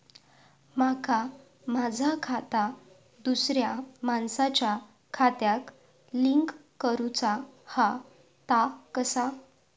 माका माझा खाता दुसऱ्या मानसाच्या खात्याक लिंक करूचा हा ता कसा?